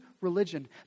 religion